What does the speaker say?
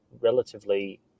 relatively